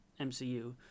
MCU